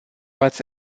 ați